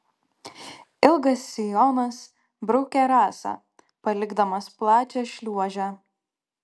ilgas sijonas braukė rasą palikdamas plačią šliuožę